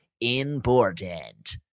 important